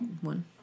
one